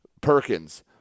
Perkins